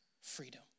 freedom